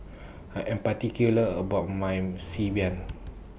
I Am particular about My Xi Ban